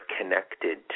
connected